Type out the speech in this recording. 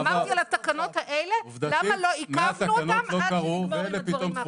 אמרתי על התקנות האלה למה לא עיכבנו אותם עד שנגמור עם הדברים האחרים.